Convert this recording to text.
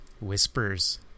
whispers